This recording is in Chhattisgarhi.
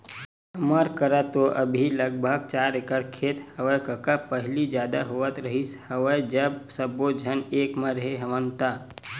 हमर करा तो अभी लगभग चार एकड़ खेत हेवय कका पहिली जादा होवत रिहिस हवय जब सब्बो झन एक म रेहे हवन ता